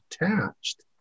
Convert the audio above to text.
attached